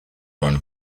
run